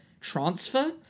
transfer